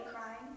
crying